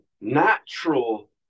natural